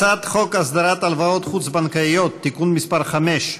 הצעת חוק הסדרת הלוואות חוץ-בנקאיות (תיקון מס' 5),